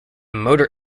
motor